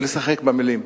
לשחק במלים.